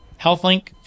HealthLink